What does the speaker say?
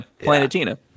Planetina